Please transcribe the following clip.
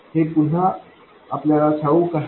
हे पुन्हा आपल्याला ठाऊक आहे